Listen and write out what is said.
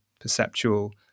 perceptual